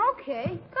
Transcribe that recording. Okay